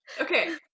Okay